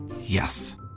yes